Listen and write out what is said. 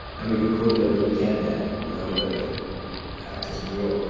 and we recorded over the weekend there with a whole load of actors from new york.